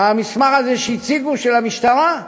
המסמך שהציגו, של המשטרה,